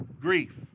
grief